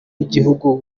w’igihugu